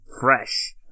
fresh